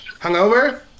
Hungover